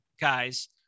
guys